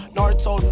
Naruto